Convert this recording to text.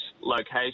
location